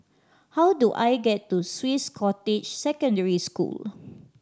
how do I get to Swiss Cottage Secondary School